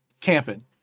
Camping